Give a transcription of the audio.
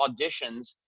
auditions